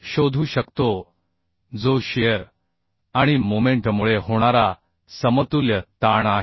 शोधू शकतो जो शिअर आणि मोमेंटमुळे होणारा समतुल्य ताण आहे